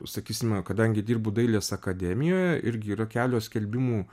sakysime kadangi dirbu dailės akademijoje irgi yra kelios skelbimų